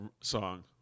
Song